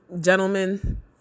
Gentlemen